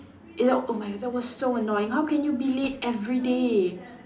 you know oh my god that was so annoying how can you be late everyday